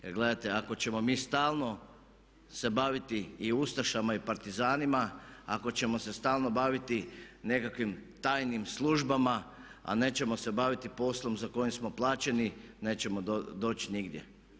Jer gledajte, ako ćemo mi stalno se baviti i ustašama i partizanima, ako ćemo se stalno baviti nekakvim tajnim službama, a ne ćemo se baviti poslom za koji smo plaćeni nećemo doći nigdje.